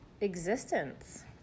Existence